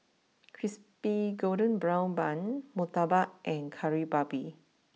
Crispy Golden Brown Bun Murtabak and Kari Babi